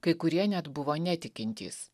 kai kurie net buvo netikintys